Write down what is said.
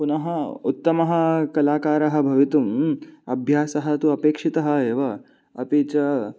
पुनः उत्तमः कलाकारः भवितुम् अभ्यासः तु अपेक्षितः एव अपि च